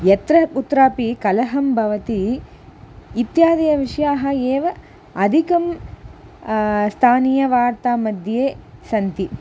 यत्र कुत्रापि कलहं भवति इत्यादय विषयाः एव अधिकं स्थानीयवार्तामध्ये सन्ति